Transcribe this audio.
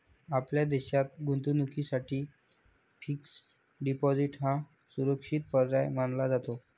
आपल्या देशात गुंतवणुकीसाठी फिक्स्ड डिपॉजिट हा सुरक्षित पर्याय मानला जातो